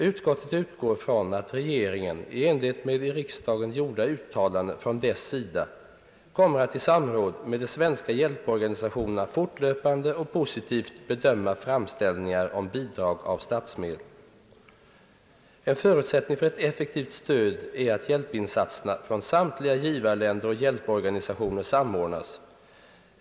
Utskottet utgår från att regeringen, i enlighet med i riksdagen gjorda uttalanden från dess sida, kommer att i samråd med de svenska hjälporganisationerna fortlöpande och positivt bedöma framställningar om bidrag av statsmedel. En förutsättning för ett effektivt stöd är att hjälpinsatserna från samtliga givarländer och hjälporganisationer samordnas.